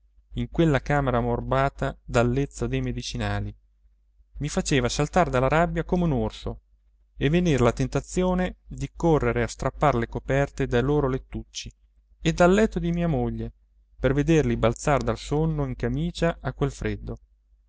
in quella camera ammorbata dal lezzo dei medicinali mi faceva saltar dalla rabbia come un orso e venir la tentazione di correre a strappar le coperte dai loro lettucci e dal letto di mia moglie per vederli balzar dal sonno in camicia a quel freddo